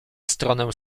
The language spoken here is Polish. stronę